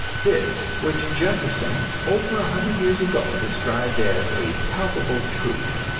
this, which jefferson, over a hundred years ago, described as a palpable truth,